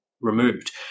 removed